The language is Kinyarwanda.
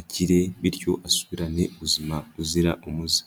akire, bityo asubirane ubuzima buzira umuze.